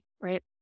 right